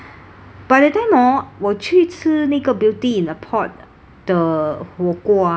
but that time orh 我去吃那个 beauty in a pot the 火锅 ah